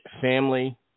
family